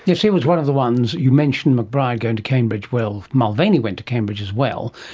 yes, he was one of the ones, you mentioned mcbryde going to cambridge, well, mulvaney went to cambridge as well,